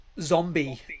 zombie